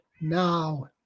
now